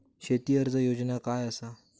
शेती कर्ज योजना काय असा?